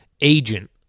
agent